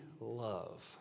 love